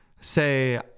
say